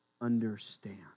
understand